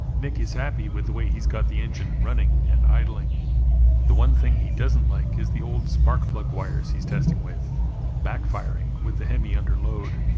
nick is happy with the way he's got the engine running and idling the one thing he doesn't like is the old spark plug wires he's testing with backfiring with the hemi under load